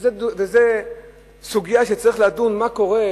וזו סוגיה שצריך לדון בה,